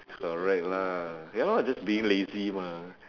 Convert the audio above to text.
correct lah ya lor just being lazy mah